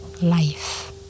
life